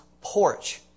porch